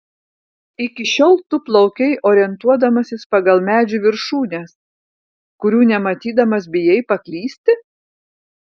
iki šiol tu plaukei orientuodamasis pagal medžių viršūnes kurių nematydamas bijai paklysti